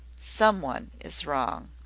someone is wrong.